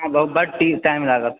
हँ हमरा बड टाइम लागत